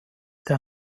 der